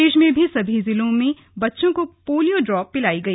प्रदेश में भी सभी जिलों में बच्चों को पोलियो ड्रॉप पिलाई गई